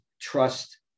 trust